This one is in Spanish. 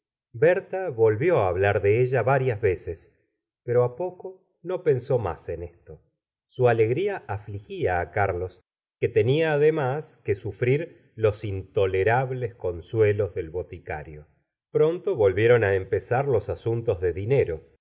berta volvió á hablar de ella varias veces pero á poco no pensó más en esto su alegría afligía á carlos que tenia además que sufrir los intolerables consuelos del boticario pronto volvieron á empezar los asuntos de dinero